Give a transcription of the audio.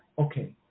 okay